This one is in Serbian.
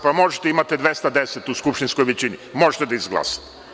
Pa možete, imate 210 u skupštinskoj većini, možete da izglasate.